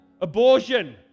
abortion